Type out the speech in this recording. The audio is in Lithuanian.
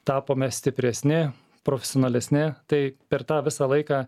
tapome stipresni profesionalesni tai per tą visą laiką